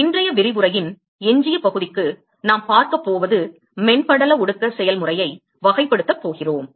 எனவே இன்றைய விரிவுரையின் எஞ்சிய பகுதிக்கு நாம் பார்க்கப் போவது மென் படல ஒடுக்க செயல்முறையை வகைப்படுத்தப் போகிறோம்